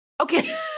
Okay